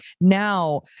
now